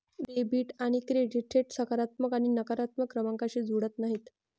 debit आणि credit थेट सकारात्मक आणि नकारात्मक क्रमांकांशी जुळत नाहीत